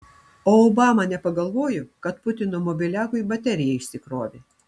o obama nepagalvojo kad putino mobiliakui baterija išsikrovė